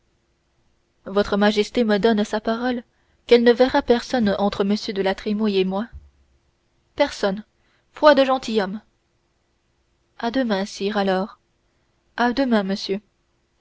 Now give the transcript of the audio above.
votre majesté me donne sa parole qu'elle ne verra personne entre m de la trémouille et moi personne foi de gentilhomme à demain sire alors à demain monsieur